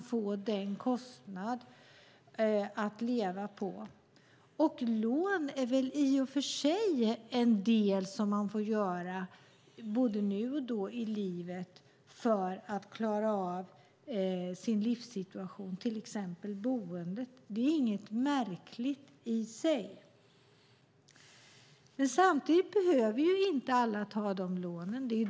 Att låna är väl något som man får göra både nu och då i livet för att man ska klara sin livssituation. Det kan till exempel gälla boendet. Det är inte något märkligt. Alla behöver ju inte låna.